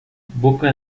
boca